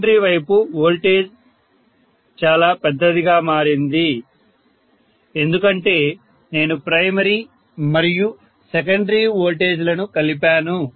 secondary వైపు voltage చాలా పెద్దదిగా మారింది ఎందుకంటే నేను ప్రైమరీ మరియు సెకండరీ వోల్టేజీలను కలిపాను